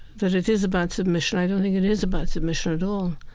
that it is about submission. i don't think it is about submission at all.